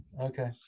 okay